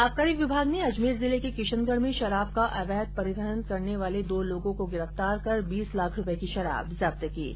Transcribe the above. आबकारी विभाग ने अजमेर जिले के किशनगढ़ में शराब का अवैध परिवहन करने वाले दो लोगों को गिरफ्तार कर बीस लाख रुपये की शराब जब्त की है